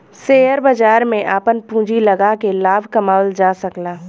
share बाजार में आपन पूँजी लगाके लाभ कमावल जा सकला